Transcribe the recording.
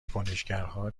کنشگرها